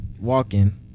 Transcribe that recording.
walking